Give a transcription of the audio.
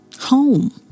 home